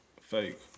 Fake